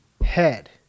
head